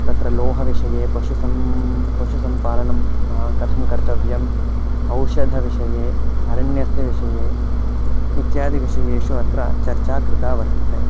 तत्र लोहविषये पशुः पशुसम्पालनं कथं कर्तव्यम् औषधविषये अरण्यस्य विषये इत्यादिविषयेषु अत्र चर्चा कृता वर्तते